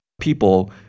people